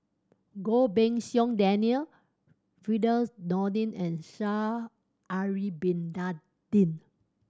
Goh Pei Siong Daniel Firdaus Nordin and Sha'ari Bin Tadin